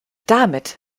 damit